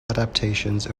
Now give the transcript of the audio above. adaptations